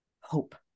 hope